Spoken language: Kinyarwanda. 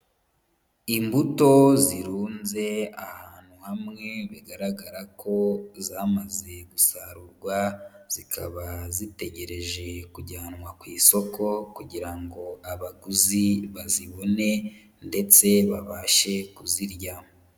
Imbuto zirunze ahantu hamwe, bigaragara ko zamaze gusarurwa, zikaba zitegereje kujyanwa ku isoko kugira ngo abaguzi bazibone ndetse babashe kuzirya.